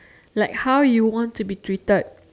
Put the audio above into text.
like how you want to be treated